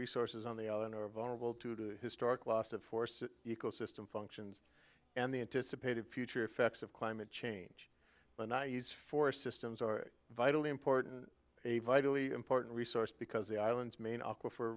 resources on the island or vulnerable to historic loss of force ecosystem functions and the anticipated future effects of climate change but not use for systems are vitally important a vitally important resource because the island's main aqua for